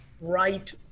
right